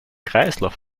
kreislauf